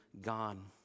gone